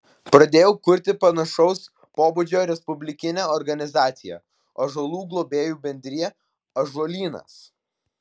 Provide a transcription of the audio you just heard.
pradėjau kurti panašaus pobūdžio respublikinę organizaciją ąžuolų globėjų bendriją ąžuolynas